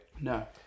No